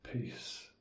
peace